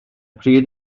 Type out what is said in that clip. pryd